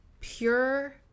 pure